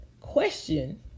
question